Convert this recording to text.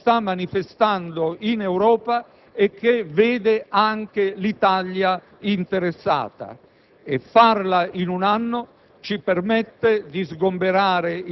di una ripresa che si sta manifestando in Europa e che vede anche l'Italia interessata; farla in un anno